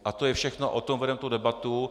A to je všechno, o tom vedeme debatu.